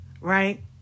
right